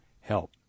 help